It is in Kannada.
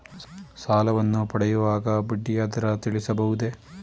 ಸಾಲವನ್ನು ಪಡೆಯುವಾಗ ಬಡ್ಡಿಯ ದರ ತಿಳಿಸಬಹುದೇ?